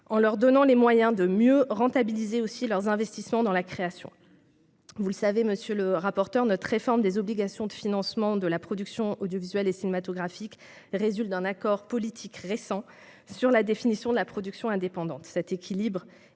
en leur donnant les moyens de mieux rentabiliser leurs investissements dans la création. Vous le savez, monsieur le rapporteur, notre réforme des obligations de financement de la production audiovisuelle et cinématographique résulte d'un accord politique récent sur la définition de la production indépendante.